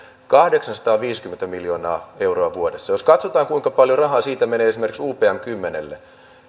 kahdeksansataaviisikymmentä miljoonaa euroa vuodessa jos katsotaan kuinka paljon rahaa siitä menee esimerkiksi upm kymmenelle